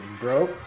bro